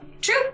True